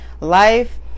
life